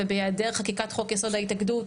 ובהעדר חקיקת חוק יסוד ההתאגדות,